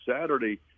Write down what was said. Saturday